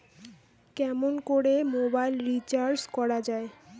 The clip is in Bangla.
কেমন করে মোবাইল রিচার্জ করা য়ায়?